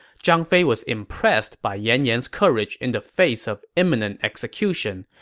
zhang fei was impressed by yan yan's courage in the face of imminent execution,